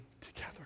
together